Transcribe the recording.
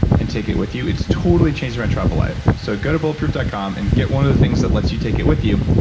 and take it with you. it's totally changed my travel life so go to bulletproof dot com and get one of the things that let you take it with you.